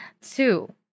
Two